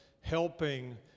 helping